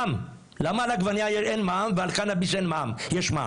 למה על עגבנייה אין מע"מ ועל קנביס יש מע"מ?